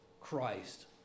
Christ